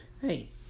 hey